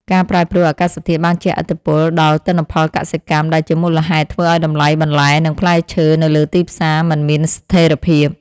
ការប្រែប្រួលអាកាសធាតុបានជះឥទ្ធិពលដល់ទិន្នផលកសិកម្មដែលជាមូលហេតុធ្វើឱ្យតម្លៃបន្លែ និងផ្លែឈើនៅលើទីផ្សារមិនមានស្ថិរភាព។